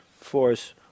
force